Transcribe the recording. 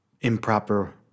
improper